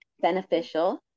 beneficial